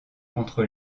contre